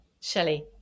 Shelley